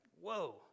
whoa